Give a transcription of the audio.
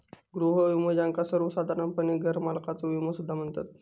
गृह विमो, ज्याका सर्वोसाधारणपणे घरमालकाचा विमो सुद्धा म्हणतत